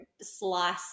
slice